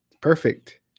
Perfect